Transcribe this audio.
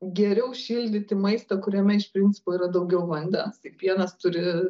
geriau šildyti maistą kuriame iš principo yra daugiau vandens tai pienas turi